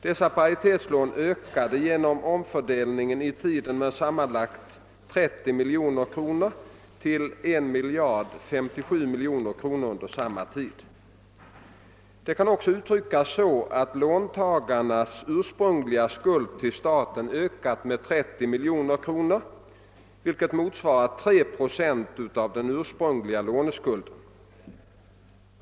Dessa paritetslån ökade genom omfördelningen i tiden med sammanlagt 30 miljoner kronor till 1057 miljoner kronor under samma tid. Det kan också uttryckas så att låntagarnas ursprungliga skuld till staten ökat med 30 miljoner kronor, vilket motsvarar 3 procent av den ursprungliga låneskulden.